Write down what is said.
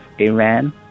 Iran